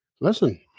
listen